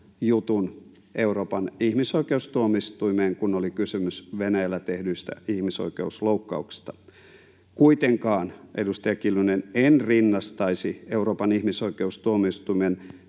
jutun Euroopan ihmisoikeustuomioistuimeen, kun oli kysymys Venäjällä tehdyistä ihmisoikeusloukkauksista. Kuitenkaan, edustaja Kiljunen, en rinnastaisi Euroopan ihmisoikeustuomioistuimen